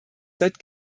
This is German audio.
seit